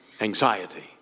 anxiety